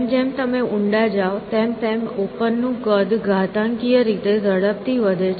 જેમ જેમ તમે ઊંડા જાવ તેમ તેમ ઓપન નું કદ ઘાતાંકીય રીતે ઝડપથી વધે છે